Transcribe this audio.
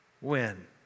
win